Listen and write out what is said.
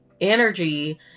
energy